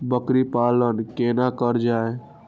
बकरी पालन केना कर जाय?